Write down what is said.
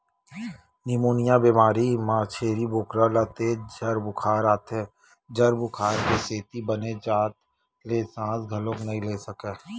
pneumonia बेमारी म छेरी बोकरा ल तेज जर बुखार आथे, जर बुखार के सेती बने जात ले सांस घलोक नइ ले सकय